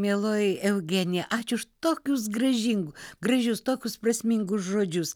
mieloji eugenija ačiū už tokius gražingu gražius tokius prasmingus žodžius